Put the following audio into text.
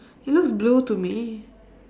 it looks blue to me